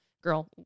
girl